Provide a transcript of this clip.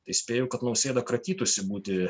tai spėju kad nausėda kratytųsi būti